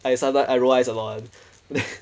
I sometime I roll eyes a lot one then